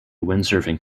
windsurfing